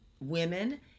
women